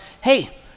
hey